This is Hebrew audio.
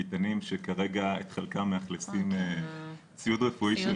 ביתנים שכרגע את חלקם מאכלסים ציוד רפואי של